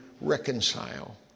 reconcile